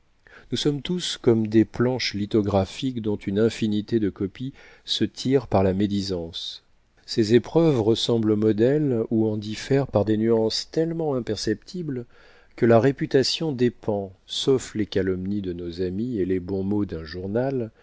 nous sommes tous comme des planches lithographiques dont une infinité de copies se tire par la médisance ces épreuves ressemblent au modèle ou en diffèrent par des nuances tellement imperceptibles que la réputation dépend sauf les calomnies de nos amis et les bons mots d'un journal